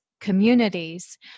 communities